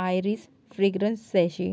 iris fragrance sachet